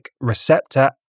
receptor